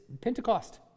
Pentecost